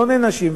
לא נענשים,